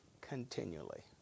continually